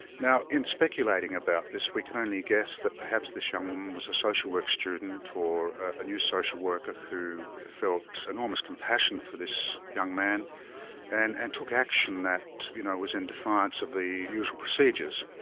now in speculating about this we can only guess that perhaps this young woman was a social work student or a new social worker who felt enormous compassion for this young man and and took action that you know was in defiance of the usual procedures.